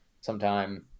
sometime